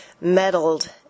meddled